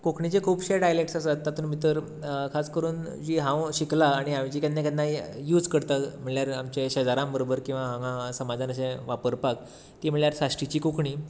कोंकणीचें खुबशे डायलेक्ट्स आसा तातूंत भितर खास करून जी हांव शिकला आनी हांवें जी केन्ना केन्ना यूज करता म्हळ्यार आमचे शेजाऱ्यां बरोबर किंवा हांगां समाजान अशें वापरपाक ती म्हळ्यार साश्टीची कोंकणी